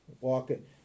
walking